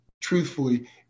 truthfully